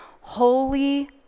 holy